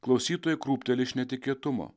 klausytojų krūpteli iš netikėtumo